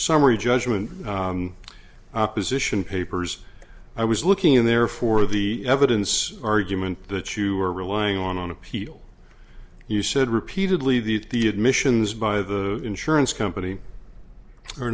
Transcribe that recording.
summary judgment opposition papers i was looking in there for the evidence argument that you were relying on on appeal you said repeatedly that the admissions by the insurance company or